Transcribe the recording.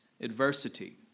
adversity